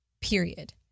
period